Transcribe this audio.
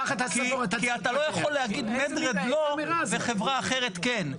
כי אתה לא יכול להגיד red med לא וחברה אחרת כן,